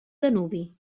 danubi